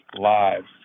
lives